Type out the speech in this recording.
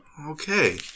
okay